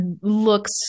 looks